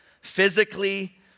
physically